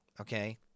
Okay